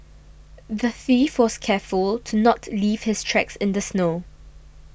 the thief was careful to not leave his tracks in the snow